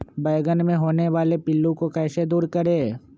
बैंगन मे होने वाले पिल्लू को कैसे दूर करें?